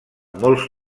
molts